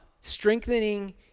strengthening